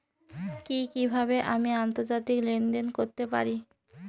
কি কিভাবে আমি আন্তর্জাতিক লেনদেন করতে পারি?